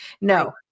No